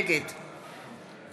נגד